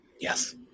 Yes